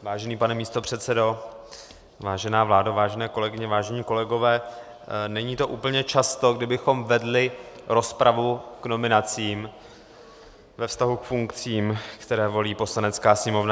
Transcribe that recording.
Vážený pane místopředsedo, vážená vládo, vážené kolegyně, vážení kolegové, není to úplně často, kdy bychom vedli rozpravu k nominacím ve vztahu k funkcím, které volí Poslanecká sněmovna.